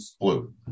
blue